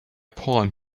palm